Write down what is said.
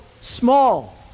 small